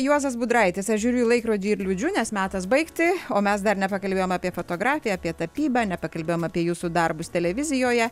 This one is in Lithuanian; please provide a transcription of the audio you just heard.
juozas budraitis aš žiūriu į laikrodį ir liūdžiu nes metas baigti o mes dar nepakalbėjom apie fotografiją apie tapybą nepakalbėjom apie jūsų darbus televizijoje